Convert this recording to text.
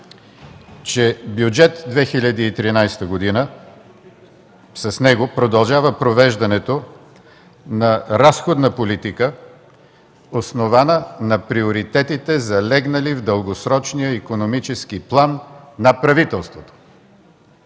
че с Бюджет 2013 продължава провеждането на разходна политика, основана на приоритетите, залегнали в дългосрочния икономически план на правителството.